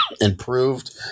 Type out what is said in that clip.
improved